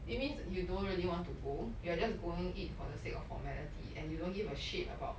it means you don't really want to go you're just going it for the sake of formality and you don't give a shit about